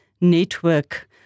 network